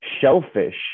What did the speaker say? shellfish